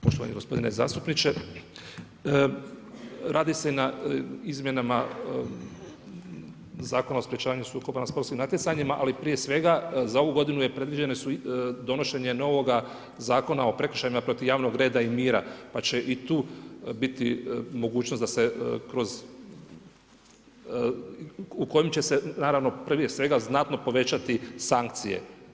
Poštovani gospodine zastupniče, radi se na izmjenama Zakona o sprečavanju sukoba na sportskim natjecanjima ali prije svega za ovu godinu predviđeno je donošenje novoga Zakona o prekršajima protiv javnog reda i mira pa će i tu biti mogućnost da se kroz, u kojem će se naravno prije svega znatno povećati sankcije.